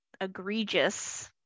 egregious